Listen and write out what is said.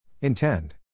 Intend